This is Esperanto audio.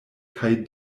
kaj